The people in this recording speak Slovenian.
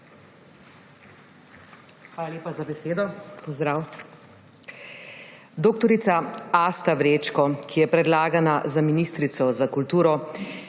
Hvala lepa za besedo. Pozdrav! Dr. Asta Vrečko, ki je predlagana za ministrico za kulturo,